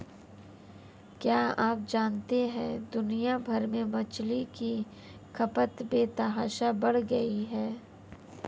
क्या आप जानते है दुनिया भर में मछली की खपत बेतहाशा बढ़ गयी है?